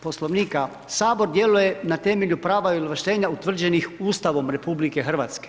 Poslovnika, Sabor djeluje na temelju prava i ovlaštenja utvrđenih Ustavom RH.